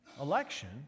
election